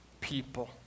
people